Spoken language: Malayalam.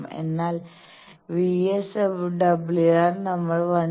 അതിനാൽ VSWR നമ്മൾ 1